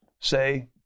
say